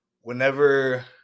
whenever